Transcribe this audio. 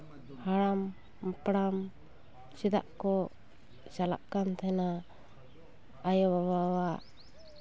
ᱦᱟᱲᱟᱢ ᱦᱟᱯᱲᱟᱢ ᱪᱮᱫᱟᱜ ᱠᱚ ᱪᱮᱫᱟᱜ ᱠᱚ ᱪᱟᱞᱟᱜ ᱠᱟᱱ ᱛᱟᱦᱮᱱᱟ ᱟᱭᱳ ᱵᱟᱵᱟᱣᱟᱜ